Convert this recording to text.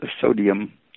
sodium